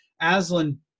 Aslan